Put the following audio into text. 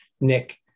Nick